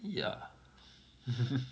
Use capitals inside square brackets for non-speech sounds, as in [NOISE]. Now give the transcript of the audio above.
ya [LAUGHS]